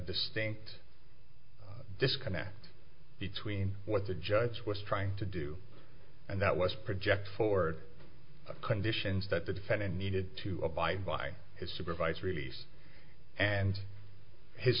distinct disconnect between what the judge was trying to do and that was project forward conditions that the defendant needed to abide by his supervised release and his